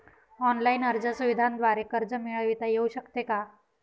Online अर्ज सुविधांद्वारे कर्ज मिळविता येऊ शकते का?